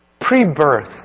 pre-birth